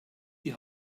die